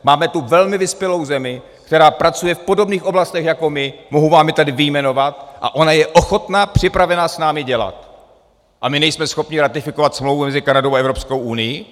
Máme tu velmi vyspělou zemi, která pracuje v podobných oblastech jako my, mohu vám je tady vyjmenovat, a ona je ochotna, připravena s námi dělat, a my nejsme schopni ratifikovat smlouvu mezi Kanadou a Evropskou unií?